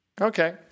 Okay